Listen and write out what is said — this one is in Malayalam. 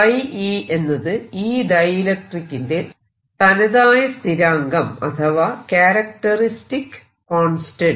e എന്നത് ഈ ഡൈഇലൿട്രിക്കിന്റെ തനതായ സ്ഥിരാങ്കം അഥവാ ക്യാരക്ടറിസ്റ്റിക് കോൺസ്റ്റന്റ്